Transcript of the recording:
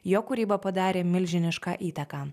jo kūryba padarė milžinišką įtaką